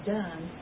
done